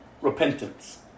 Repentance